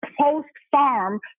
post-farm